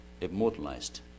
immortalized